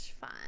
fun